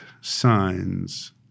signs